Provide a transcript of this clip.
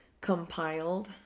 compiled